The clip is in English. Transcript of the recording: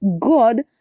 God